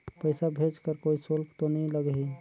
पइसा भेज कर कोई शुल्क तो नी लगही?